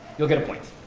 you'll get a point.